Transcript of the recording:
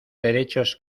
derechos